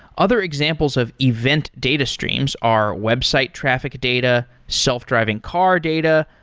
other examples of event data streams are website traffic data, self-driving car data,